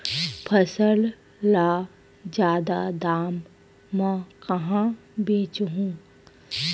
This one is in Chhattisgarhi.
फसल ल जादा दाम म कहां बेचहु?